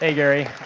hey, gary.